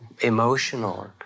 emotional